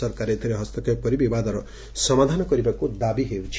ସରକାର ଏଥିରେ ହସ୍ତଷେପ କରି ବିବାଦର ସମାଧାନ କରିବାକୁ ଦାବି ହେଉଛି